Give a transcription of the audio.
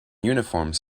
uniforms